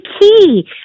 key